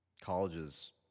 college's